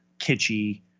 kitschy